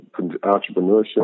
entrepreneurship